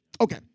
Okay